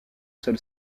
seul